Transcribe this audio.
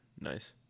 Nice